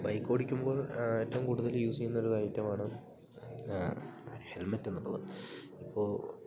ബൈക്കോടിക്കുമ്പോൾ ഏറ്റോം കൂടുതൽ യൂസ് ചെയ്യുന്ന ഒരു ഐറ്റമാണ് ഹെൽമറ്റെന്നുള്ളത് ഇപ്പോൾ